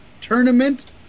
tournament